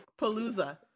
Palooza